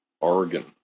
oregon